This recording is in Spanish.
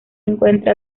encuentra